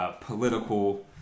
Political